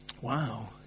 Wow